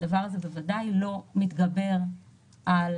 הדבר הזה בוודאי לא מתגבר על